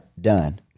done